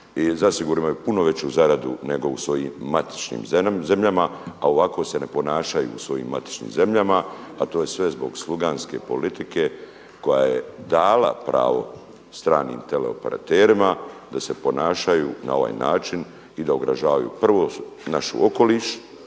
zasigurno je puno veću zaradu nego u svojim matičnim zemljama a ovako se ne ponašaju u svojim matičnim zemljama a to je sve zbog sluganske politike koja je dala pravo stranim teleoperaterima da se ponašaju na ovaj način i da ugrožavaju prvo naš okoliš,